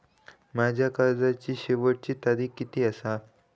माझ्या कर्जाची शेवटची तारीख किती आसा?